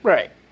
Right